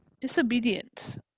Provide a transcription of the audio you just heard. disobedient